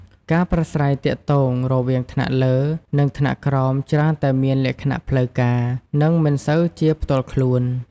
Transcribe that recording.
ការប្រាស្រ័យទាក់ទងរវាងថ្នាក់លើ និងថ្នាក់ក្រោមច្រើនតែមានលក្ខណៈផ្លូវការ និងមិនសូវជាផ្ទាល់ខ្លួន។